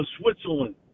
Switzerland